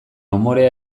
umorea